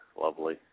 Lovely